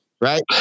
right